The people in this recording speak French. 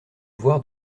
voir